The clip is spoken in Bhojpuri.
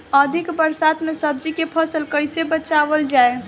अधिक बरसात में सब्जी के फसल कैसे बचावल जाय?